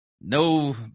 No